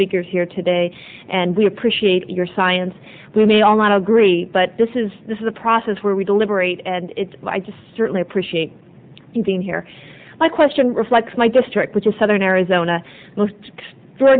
figures here today and we appreciate your science we may all not agree but this is this is a process where we deliberate and it's i just certainly appreciate you being here my question reflects my district which is southern arizona most for